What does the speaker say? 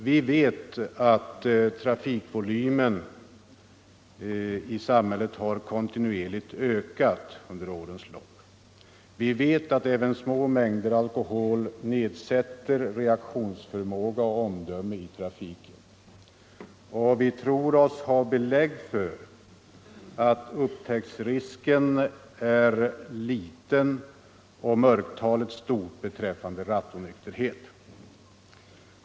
Vi vet att trafikvolymen i samhället kontinuerligt har ökat under årens lopp. Vi vet att även små mängder alkohol nedsätter reaktionsförmåga och omdöme i trafiken. Vi tror oss ha belägg för att upptäcktsrisken är liten och mörktalet stort beträffande rattonykterhet.